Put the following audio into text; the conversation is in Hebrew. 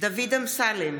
דוד אמסלם,